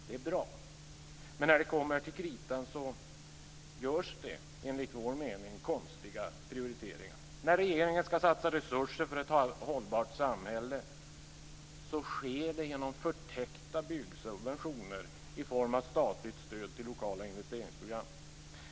Det är bra men när det kommer till kritan görs det, enligt vår mening, konstiga prioriteringar. När regeringen ska satsa resurser för ett hållbart samhälle sker det genom förtäckta byggsubventioner i form av statligt stöd till lokala investeringsprogram.